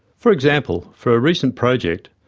for example, for a recent project,